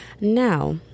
Now